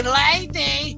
lady